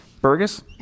Burgess